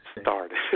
started